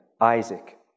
Isaac